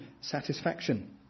satisfaction